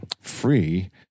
free